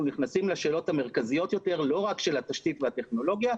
נכנסים לשאלות המרכזיות יותר לא רק של התשתית והטכנולוגיה,